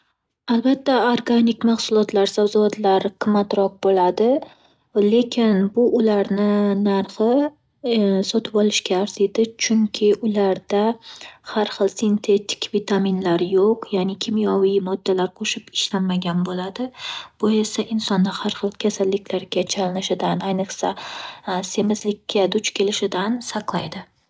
Albatta, organik mahsulotlar, sabzavotlar qimmatroq bo'ladi. Lekin, bu ularni narx, i sotib olishga arziydi, chunki ularda har xil sintetik vitaminlar yo'q. Ya'ni, kimyoviy moddalar qo'shib ishlanmagan bo'ladi. Bu esa insonni har xil kasalliklarga chalinishidan ayniqsa, semizlikka duch kelishidan saqlaydi.